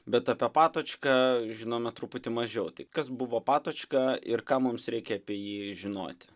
bet apie patočką žinome truputį mažiau tai kas buvo patočka ir ką mums reikia apie jį žinoti